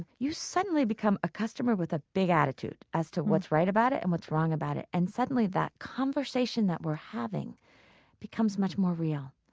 you suddenly become a customer with a big attitude as to what's right about it and what's wrong about it, and suddenly that conversation that we're having becomes much more real.